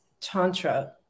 tantra